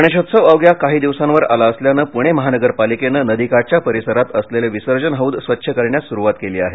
गणेशोत्सव अवघ्या काही दिवसावर आला असल्यानं पुणे महानगर पालिकेनं नदीकाठच्या परिसरात असलेले विसर्जन हौद स्वच्छ करण्यास सुरुवात केली आहे